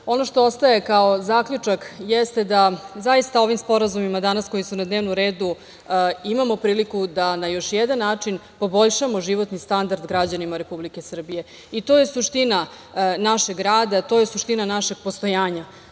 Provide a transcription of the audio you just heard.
ono što ostaje kao zaključak jeste da zaista ovim sporazumima koji su danas na dnevnom redu imamo priliku da na još jedan način poboljšamo životni standard građanima Republike Srbije i to je suština našeg rada, to je suština našeg postojanja